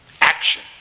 Action